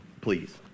Please